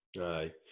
Aye